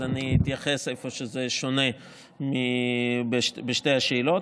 אז אני אתייחס איפה שזה שונה בשתי השאלות.